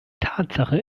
tatsache